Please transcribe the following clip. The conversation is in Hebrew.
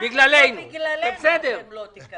השאלה אם לא בגללנו אתם לא תקבלו.